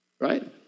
right